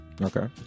Okay